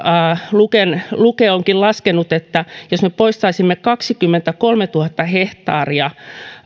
luke onkin laskenut että jos me poistaisimme kaksikymmentäkolmetuhatta hehtaaria